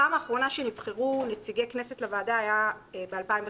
הפעם האחרונה שנבחרו נציגי כנסת לוועדה היה ב-2015,